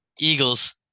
Eagles